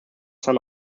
son